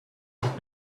had